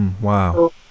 Wow